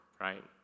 right